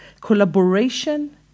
Collaboration